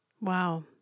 wow